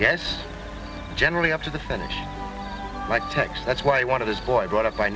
yes generally up to the finish but text that's why i wanted his boy brought up by